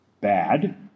bad